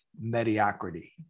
mediocrity